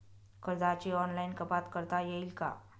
कर्जाची ऑनलाईन कपात करता येईल का?